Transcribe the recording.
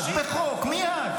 בחוק מייד,